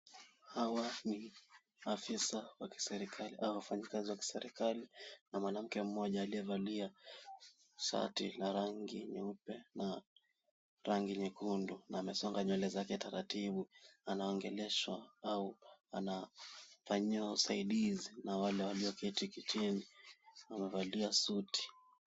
Hawa ni afisa wa kiserikali au wafanyakazi wa kiserikali na mwanamke mmoja aliyevalia shati la rangi nyeupe na rangi nyekundu, na amesonga nywele zake taratibu na anaongelesha au anafanyiwa usaidizi na wale walioketi kitini wamevalia suti.